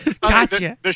Gotcha